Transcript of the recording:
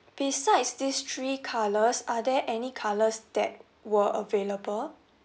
besides these three colours are there any colours that were available